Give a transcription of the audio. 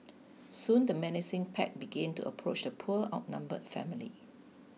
soon the menacing pack began to approach the poor outnumbered family